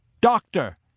Doctor